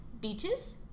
Beaches